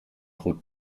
goed